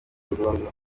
burundu